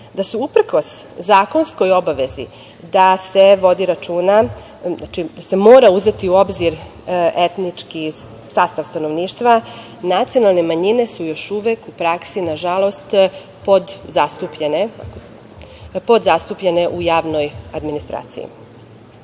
da su uprkos zakonskoj obavezi da se vodi računa, da se mora uzeti u obzir etnički sastav stanovništva, nacionalne manjine su još uvek u praksi nažalost podzastupljene u javnoj administraciji. Ne